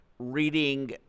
reading